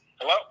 Hello